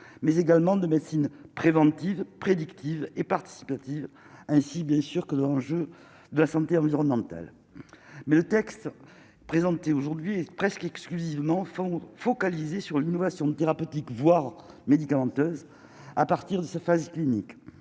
mais également de médecine préventive prédictive et participative, ainsi bien sûr que l'enjeu de la santé environnementale, mais le texte présenté aujourd'hui presque exclusivement fondre focalisé sur l'innovation thérapeutique, voire médicamenteuse à partir de ce phase clinique,